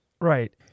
Right